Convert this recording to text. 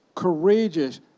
courageous